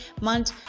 month